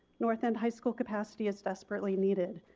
north end high school capacity is desperately needed.